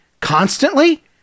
constantly